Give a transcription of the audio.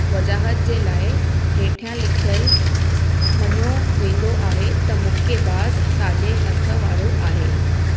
वज़ाहति जे लाइ हेठियां लिखियल मञियो वेंदो आहे त मुकेबाज़ साॼे हथु वारो आहे